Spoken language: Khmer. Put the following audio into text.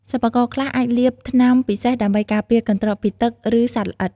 សិប្បករខ្លះអាចលាបថ្នាំពិសេសដើម្បីការពារកន្ត្រកពីទឹក និងសត្វល្អិត។